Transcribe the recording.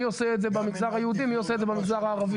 מי עושה את זה במגזר ה יהודי ומי עושה את זה במגזר הערבי?